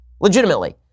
legitimately